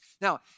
Now